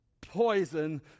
poison